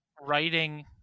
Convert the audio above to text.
writing